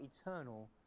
eternal